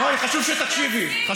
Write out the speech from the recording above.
תפסיק.